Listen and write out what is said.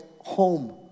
home